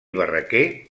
barraquer